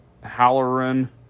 Halloran